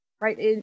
right